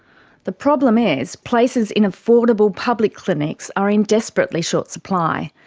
the problem is places in affordable public clinics are in desperately short supply,